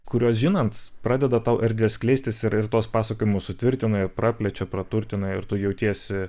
kuriuos žinant pradeda tau erdvė skleistis ir tuos pasakojimus sutvirtina ir praplečia praturtina ir tu jautiesi